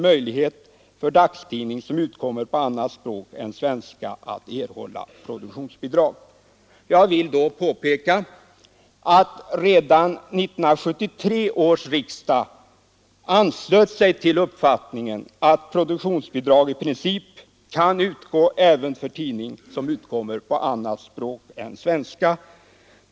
möjligheter för dagstidning som utkommer på annat språk än svenska att erhålla produktionsbidrag.” Jag vill då påpeka att redan 1973 års riksdag anslöt sig till uppfattningen att produktionsbidrag i princip kan utgå även till tidning som utkommer på annat språk än svenska.